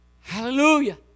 Hallelujah